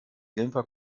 genfer